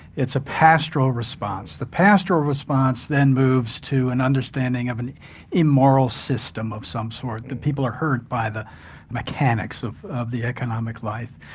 it's a pastoral response. the pastoral response then moves to an understanding of an immoral system of some sort. the people are hurt by the mechanics of of the economic life.